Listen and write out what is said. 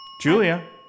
Julia